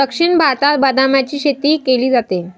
दक्षिण भारतात बदामाची शेती केली जाते